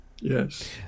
Yes